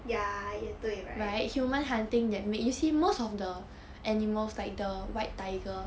ya 也对 right